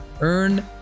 Earn